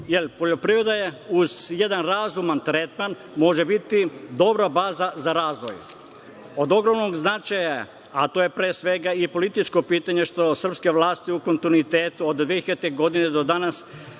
jer poljoprivreda uz jedan razuman tretman može biti dobra baza za razvoj. Od ogromnog značaja, a to je pre svega i političko pitanje što srpske vlasti u kontinuitetu od 2009. godine do danas